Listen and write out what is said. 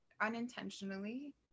unintentionally